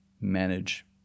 manage